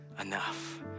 enough